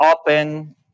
open